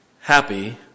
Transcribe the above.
Happy